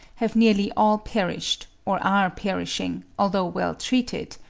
have nearly all perished, or are perishing, although well treated,